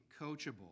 coachable